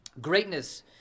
greatness